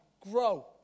grow